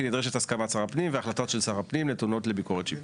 כי נדרשת הסכמת שר הפנים והחלטות של שר הפנים נתונות לביקורת שיפוטית.